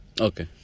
Okay